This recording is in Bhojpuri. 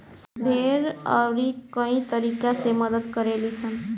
भेड़ अउरी कई तरीका से मदद करे लीसन